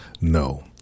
no